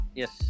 yes